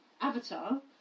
Avatar